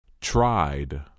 Tried